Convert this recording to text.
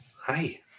hi